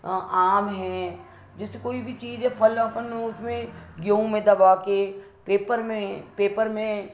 आम हैं जैसे कोई भी चीज़ है फल अपन उसमें गेहूँ में दबाके पेपर में पेपर में